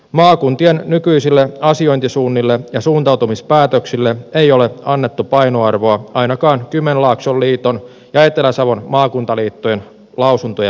maakuntien nykyisille asiointisuunnille ja suuntautumispäätöksille ei ole annettu painoarvoa ainakaan kymenlaakson liiton ja etelä savon maakuntaliiton lausuntojen mukaan